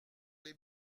les